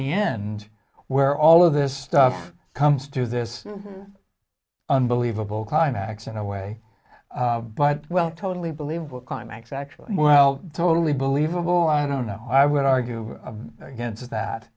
the end where all of this stuff comes to this unbelievable climax in a way but well totally believable climax actually well totally believable i don't know i would argue against that